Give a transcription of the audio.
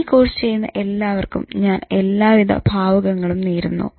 ഈ കോഴ്സ് ചെയ്യുന്ന എല്ലാവർക്കും ഞാൻ എല്ലാ വിധ ഭാവുകങ്ങളും നേരുന്നു